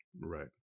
Right